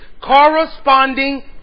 corresponding